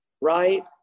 right